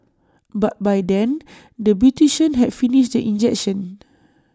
but by then the beautician had finished the injection